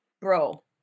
bro